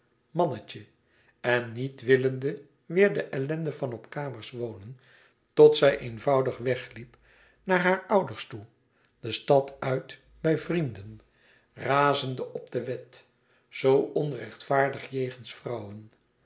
mannetje en niet willende weêr de ellende van op kamers wonen tot zij eenvoudig wegliep naar hare ouders toe de stad uit bij vrienden razende op de wet zoo onrechtvaardig jegens vrouwen